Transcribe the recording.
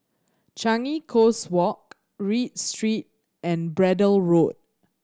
Changi Coast Walk Read Street and Braddell Road